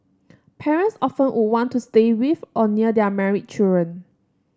parents often would want to stay with or near their married children